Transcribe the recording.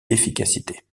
efficacité